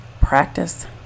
practice